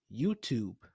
YouTube